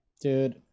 dude